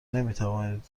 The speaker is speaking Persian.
نمیتوانید